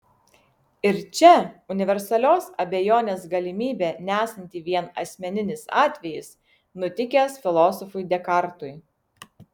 ir čia universalios abejonės galimybė nesanti vien asmeninis atvejis nutikęs filosofui dekartui